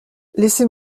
laisser